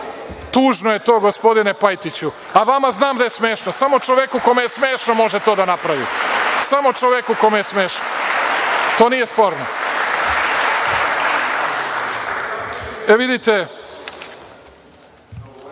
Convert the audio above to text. Tužno je to gospodine Pajtiću, a vama znam da je smešno, samo čoveku kome je smešno može to da napravi. Samo čoveku kome je smešno, to nije sporno.E, vidite